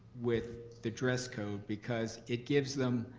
with the dress code, because it gives them